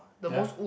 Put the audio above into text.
ya